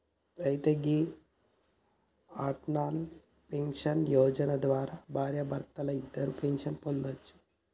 అయితే గీ అటల్ పెన్షన్ యోజన ద్వారా భార్యాభర్తలిద్దరూ పెన్షన్ పొందొచ్చునంట